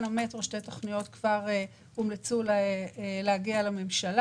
מטרו שתי תוכניות כבר הומלצו להגיע לממשלה.